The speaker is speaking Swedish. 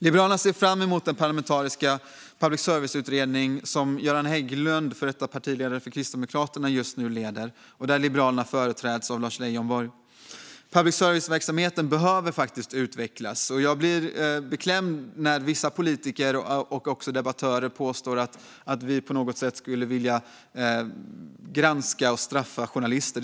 Liberalerna ser fram emot den parlamentariska public service-utredning som Göran Hägglund, före detta partiledaren för Kristdemokraterna, just nu leder och där Liberalerna företräds av Lars Leijonborg. Public service-verksamheten behöver faktiskt utvecklas, och jag blir beklämd när vissa politiker och även debattörer påstår att vi på något sätt skulle vilja granska och straffa journalister.